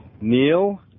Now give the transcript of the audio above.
Neil